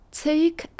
take